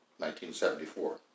1974